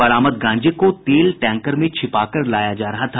बरामद गांजे को तेल टैंकर में छिपाकर लाया जा रहा था